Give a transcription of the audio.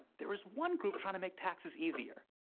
there is one group trying to make taxes easier.